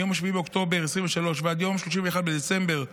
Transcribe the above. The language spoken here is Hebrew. מיום 7 באוקטובר 2023 ועד יום 31 בדצמבר 2025,